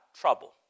trouble